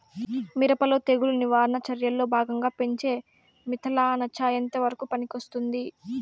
మిరప లో తెగులు నివారణ చర్యల్లో భాగంగా పెంచే మిథలానచ ఎంతవరకు పనికొస్తుంది?